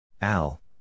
Al